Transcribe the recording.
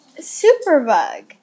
superbug